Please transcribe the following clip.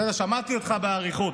שמעתי אותך באריכות.